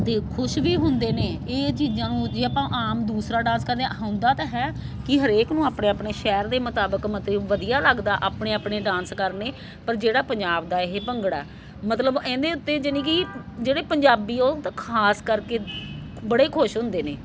ਅਤੇ ਖੁਸ਼ ਵੀ ਹੁੰਦੇ ਨੇ ਇਹ ਚੀਜ਼ਾਂ ਹੁਣ ਜੇ ਆਪਾਂ ਆਮ ਦੂਸਰਾ ਡਾਂਸ ਕਰਦੇ ਹਾਂ ਹੁੰਦਾ ਤਾਂ ਹੈ ਕਿ ਹਰੇਕ ਨੂੰ ਆਪਣੇ ਆਪਣੇ ਸ਼ਹਿਰ ਦੇ ਮੁਤਾਬਿਕ ਮਤੇ ਵਧੀਆ ਲੱਗਦਾ ਆਪਣੇ ਆਪਣੇ ਡਾਂਸ ਕਰਨੇ ਪਰ ਜਿਹੜਾ ਪੰਜਾਬ ਦਾ ਇਹ ਭੰਗੜਾ ਮਤਲਬ ਇਹਦੇ ਉਤੇ ਯਾਨੀ ਕਿ ਜਿਹੜੇ ਪੰਜਾਬੀ ਉਹ ਤਾਂ ਖਾਸ ਕਰਕੇ ਬੜੇ ਖੁਸ਼ ਹੁੰਦੇ ਨੇ